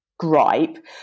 Gripe